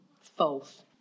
false